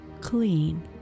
clean